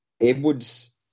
Edwards